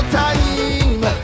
time